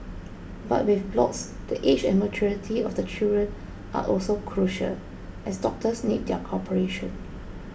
but with blocks the age and maturity of the children are also crucial as doctors need their cooperation